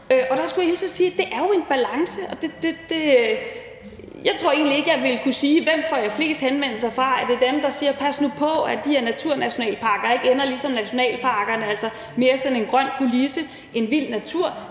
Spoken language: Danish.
og der skulle jeg hilse at sige, at det jo er en balance. Jeg tror egentlig ikke, jeg ville kunne sige, hvem jeg får flest henvendelser fra; om det er dem, der siger: Pas nu på, at de her naturnationalparker ikke ender ligesom nationalparkerne, altså mere sådan en grøn kulisse end vild natur.